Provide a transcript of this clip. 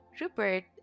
Rupert